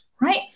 right